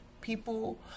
people